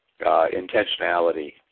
intentionality